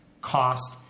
cost